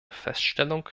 feststellung